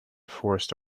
forced